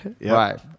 Right